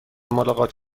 ملاقات